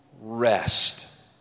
rest